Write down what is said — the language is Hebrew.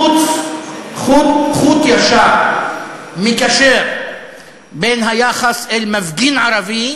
חוט ישר מקשר בין היחס אל מפגין ערבי